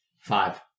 Five